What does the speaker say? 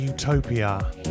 Utopia